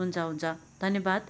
हुन्छ हुन्छ धन्यवाद